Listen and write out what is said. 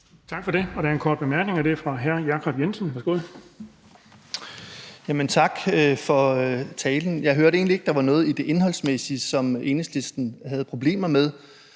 Tak for det. Der er en kort bemærkning fra hr. Jacob Jensen. Værsgo.